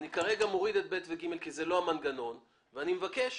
אני כרגע מוריד את (ב) ו-(ג) כי זה לא המנגנון ואני מבקש